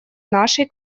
нашей